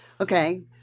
Okay